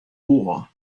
war